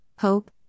hope